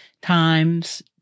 times